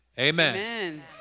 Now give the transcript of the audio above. Amen